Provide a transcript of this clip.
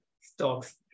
stocks